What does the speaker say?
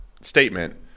statement